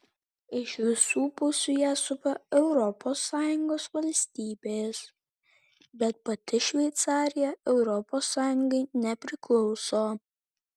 iš visų pusių ją supa europos sąjungos valstybės bet pati šveicarija europos sąjungai nepriklauso